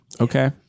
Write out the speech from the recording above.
Okay